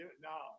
No